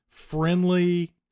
friendly